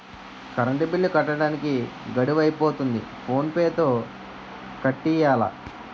current bill కట్టడానికి గడువు అయిపోతంది ఫోన్ పే తో కట్టియ్యాల